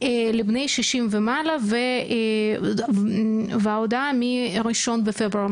לבני 60 ומעלה וההודעה מה-1 לפברואר.